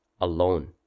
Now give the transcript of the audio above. alone